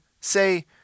say